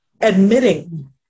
admitting